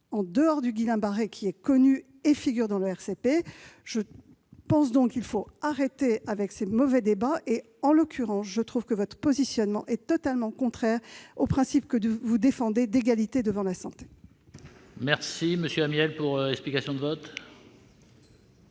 en dehors du Guillain-Barré, qui est connu et figure dans le RCP. Je pense donc qu'il faut en finir avec ces mauvais débats. En l'occurrence, madame Cohen, je trouve que votre positionnement est totalement contraire au principe, que vous défendez, d'égalité devant la santé. Bravo ! La parole est à M. Michel Amiel, pour explication de vote.